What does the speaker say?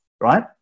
right